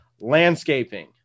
Landscaping